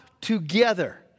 together